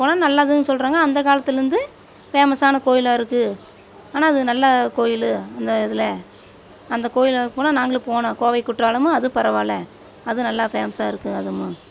போனால் நல்லதுனு சொல்கிறாங்க அந்த காலத்திலருந்து ஃபேமஸான கோயிலாகருக்கு ஆனால் அது நல்ல கோயில் அந்த இதில் அந்த கோயிலுக்கு போனால் நாங்களும் போனோம் கோவை குற்றாலமும் அதுவும் பரவாயில்ல அது நல்லா ஃபேமஸாக இருக்குது அதுவும்